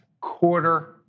quarter